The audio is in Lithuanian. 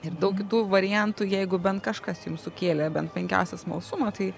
ir daug daug variantų jeigu bent kažkas jums sukėlė bent menkiausią smalsumą tai